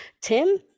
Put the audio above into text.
tim